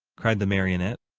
cried the marionette.